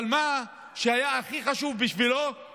אבל מה שהיה הכי חשוב בשבילו זה